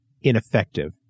Ineffective